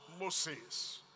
Moses